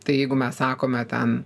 tai jeigu mes sakome ten